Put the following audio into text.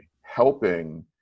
helping